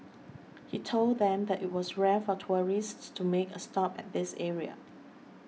he told them that it was rare for tourists to make a stop at this area